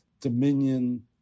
Dominion